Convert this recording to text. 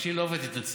תיגשי לעפרה ותתנצלי.